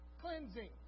cleansing